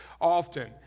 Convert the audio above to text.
Often